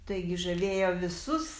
taigi žadėjo visus